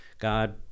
God